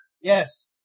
Yes